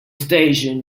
station